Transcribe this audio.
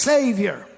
Savior